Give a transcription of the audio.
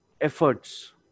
efforts